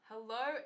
Hello